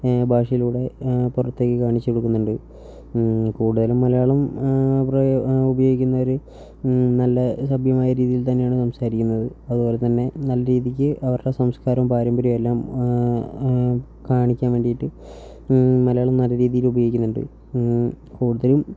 ഭാഷയിലൂടെ പുറത്തേക്ക് കാണിച്ചു കൊടുക്കുന്നുണ്ട് കൂടുതലും മലയാളം ഉപയോഗിക്കുന്നവർ നല്ല സഭ്യമായ രീതിയിൽ തന്നെയാണ് സംസാരിക്കുന്നത് അതുപോലെതന്നെ നല്ല രീതിയ്ക്ക് അവരുടെ സംസ്കാരവും പാരമ്പര്യവും എല്ലാം കാണിക്കാൻ വേണ്ടിയിട്ട് മലയാളം നല്ല രീതിയിൽ ഉപയോഗിക്കുന്നുണ്ട് കൂടുതലും